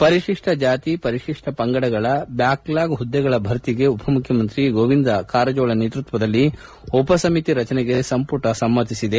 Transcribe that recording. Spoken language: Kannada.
ಪರಿಶಿಷ್ಟ ಜಾತಿ ಪರಿಶಿಷ್ಟ ಪಂಗಡಗಳ ಬ್ಯಾಕ್ಲ್ಯಾಗ್ ಮದ್ದೆಗಳ ಭರ್ತಿಗೆ ಉಪಮುಖ್ಯಮಂತ್ರಿ ಗೋವಿಂದ ಕಾರಜೋಳ ನೇತೃತ್ವದಲ್ಲಿ ಉಪಸಮಿತಿ ರಚನೆಗೆ ಸಂಮಟ ಸಮ್ಮತಿಸಿದೆ